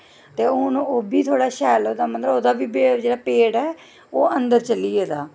ते हून ओह् बी थोह्ड़ा शैल होए दा मतलब ओह्दा बी पेट जेह्ड़ा अन्दर चली गेदा